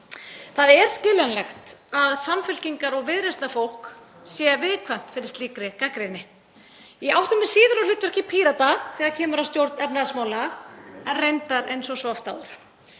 Það er skiljanlegt að Samfylkingar- og Viðreisnarfólk sé viðkvæmt fyrir slíkri gagnrýni. Ég átta mig síður á hlutverki Pírata þegar kemur að stjórn efnahagsmála, reyndar eins og oft áður.